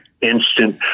instant